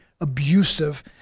abusive